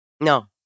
No